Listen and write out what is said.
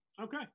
Okay